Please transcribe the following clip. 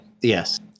Yes